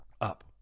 up